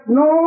no